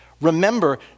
remember